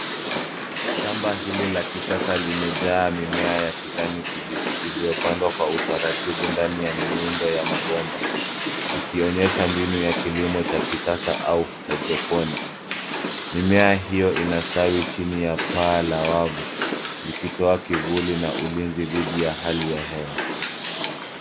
Shamba hili la kisasa limejaa mimea ya kijani kibichi iliyopandwa kwa utaratibu ndani ya miundo ya mabomba, ikionyesha mbinu ya kilimo cha kisasa au hydroponics . Mimea hiyo inastawi chini ya paa la wavu likitoa kivuli na ulinzi dhidi ya hali ya hewa.